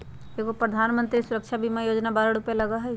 एगो प्रधानमंत्री सुरक्षा बीमा योजना है बारह रु लगहई?